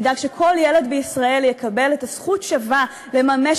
ותדאג שכל ילד בישראל יקבל זכות שווה לממש